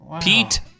Pete